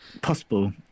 possible